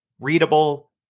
readable